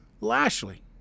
Lashley